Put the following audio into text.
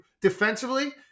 defensively